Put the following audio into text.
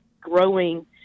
growing